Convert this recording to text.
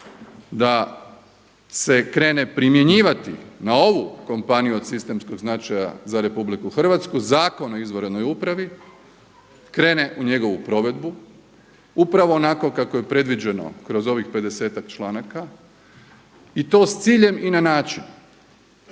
da se krene primjenjivati na ovu kompaniju od sistemskog značaja za Republiku Hrvatsku Zakon o izvanrednoj upravi krene u njegovu provedbu upravo onako kako je predviđeno kroz ovih pedesetak članaka i to s ciljem i na način